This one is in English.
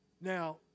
Now